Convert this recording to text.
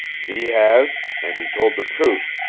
he has and he told the truth.